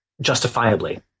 justifiably